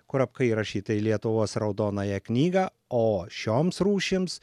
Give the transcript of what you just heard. kurapka įrašyta į lietuvos raudonąją knygą o šioms rūšims